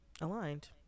Aligned